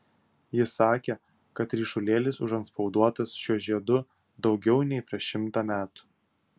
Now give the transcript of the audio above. jis sakė kad ryšulėlis užantspauduotas šiuo žiedu daugiau negu prieš šimtą metų